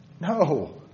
No